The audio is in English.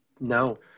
No